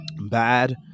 bad